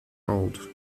old